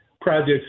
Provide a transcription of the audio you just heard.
projects